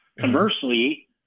Conversely